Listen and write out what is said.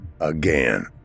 Again